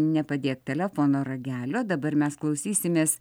nepadėk telefono ragelio dabar mes klausysimės